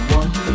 one